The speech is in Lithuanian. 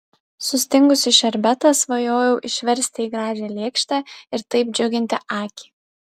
sustingusį šerbetą svajojau išversti į gražią lėkštę ir taip džiuginti akį